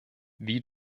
wie